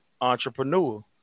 entrepreneur